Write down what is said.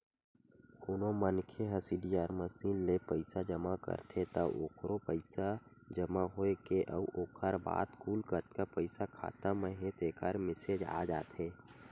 कोनो मनखे ह सीडीआर मसीन ले पइसा जमा करथे त ओखरो पइसा जमा होए के अउ ओखर बाद कुल कतका पइसा खाता म हे तेखर मेसेज आ जाथे